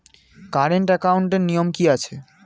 Current একাউন্টের নিয়ম কী আছে?